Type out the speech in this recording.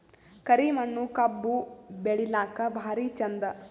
ಕರಿ ಮಣ್ಣು ಕಬ್ಬು ಬೆಳಿಲ್ಲಾಕ ಭಾರಿ ಚಂದ?